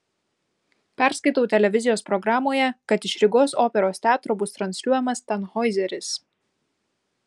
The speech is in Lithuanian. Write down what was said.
perskaitau televizijos programoje kad iš rygos operos teatro bus transliuojamas tanhoizeris